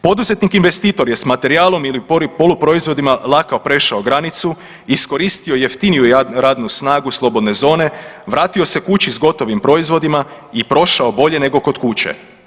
Poduzetnik i investitor je s materijalom ili poluproizvodima lako prešao granicu, iskoristio jeftiniju radnu snagu slobodne zone, vratio se kući s gotovim proizvodima i prošao bolje nego kod kuće.